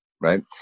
Right